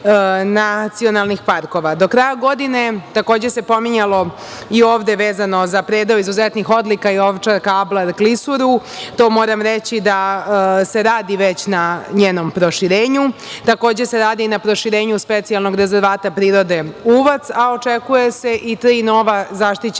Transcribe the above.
nacionalnih parkova. Do kraja godine, takođe se pominjalo i ovde vezano za predeo izuzetnih odlika, Ovčar Kablar klisuru, moram reći da se radi već na njenom proširenju, takođe se radi na proširenju Specijalnog rezervata prirode Uvac, a očekuje se i tri nova zaštićena